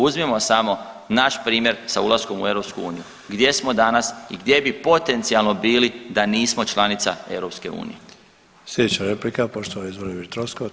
Uzmimo samo naš primjer sa ulaskom u EU, gdje smo danas i gdje bi potencijalno bili da nismo članica EU.